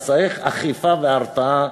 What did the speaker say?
אז צריך אכיפה והרתעה,